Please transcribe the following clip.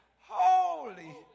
holy